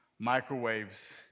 microwaves